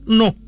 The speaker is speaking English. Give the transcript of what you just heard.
no